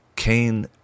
Cain